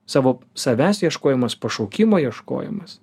savo savęs ieškojimas pašaukimo ieškojimas